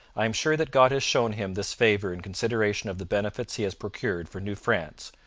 i am sure that god has shown him this favour in consideration of the benefits he has procured for new france,